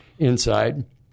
Inside